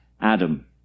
Adam